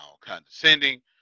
condescending